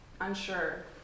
unsure